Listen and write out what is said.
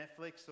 Netflix